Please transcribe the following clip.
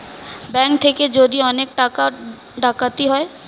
bank থেকে যদি অনেক টাকা ডাকাতি হয়